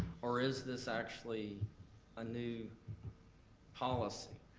or is this actually a new policy?